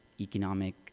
economic